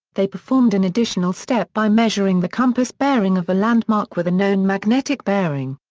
they performed an additional step by measuring the compass bearing of a landmark with a known magnetic bearing.